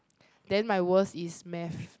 then my worst is math